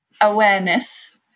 awareness